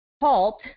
HALT